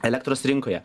elektros rinkoje